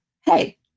hey